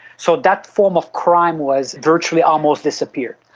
so that form of crime was virtually almost disappeared.